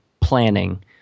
planning